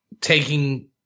taking